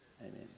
amen